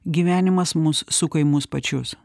gyvenimas mus suka į mus pačius